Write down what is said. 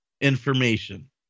information